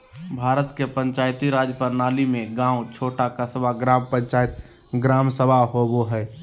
भारत के पंचायती राज प्रणाली में गाँव छोटा क़स्बा, ग्राम पंचायत, ग्राम सभा होवो हइ